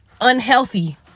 unhealthy